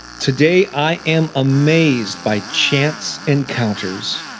today, i am amazed by chance encounters.